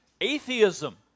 Atheism